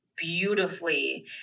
beautifully